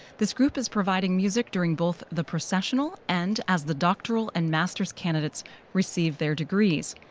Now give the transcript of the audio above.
this group is providing music during both the processional and as the doctoral and master's candidates receive their degrees.